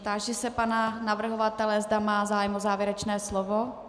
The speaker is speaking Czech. Táži se pana navrhovatele, zda má zájem o závěrečné slovo.